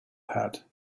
had